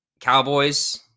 Cowboys